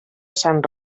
sant